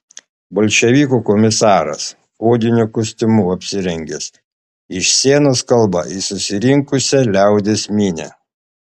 bolševikų komisaras odiniu kostiumu apsirengęs iš scenos kalba į susirinkusią liaudies minią